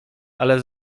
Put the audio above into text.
ale